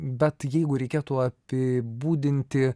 bet jeigu reikėtų apibūdinti